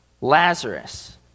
Lazarus